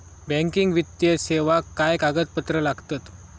Banking वित्तीय सेवाक काय कागदपत्र लागतत?